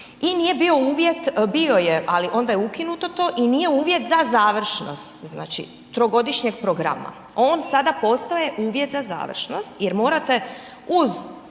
i nije bio uvjet, bio je, ali onda je ukinuto to i nije uvjet za završnost, znači trogodišnjeg programa. On sada postaje uvjet za završnost jer morate uz